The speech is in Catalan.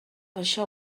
això